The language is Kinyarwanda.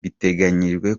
biteganyijwe